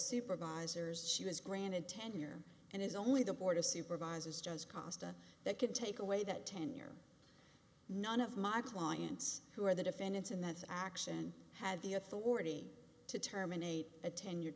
supervisors she was granted tenure and is only the board of supervisors does cost of that can take away that tenure none of my clients who are the defendants in this action have the authority to terminate a ten